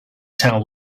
tell